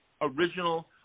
original